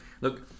look